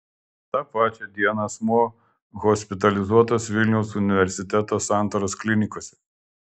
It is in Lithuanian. tą pačią dieną asmuo hospitalizuotas vilniaus universiteto santaros klinikose